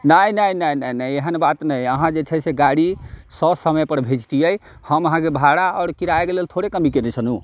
नहि नहि नहि नहि नहि एहन बात नहि अहाँ जे छै से गाड़ी ससमयपर भेजतिए हम अहाँके भाड़ा आओर किरायाके लेल थोड़े कमी केने छलहुँ